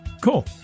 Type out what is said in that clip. Cool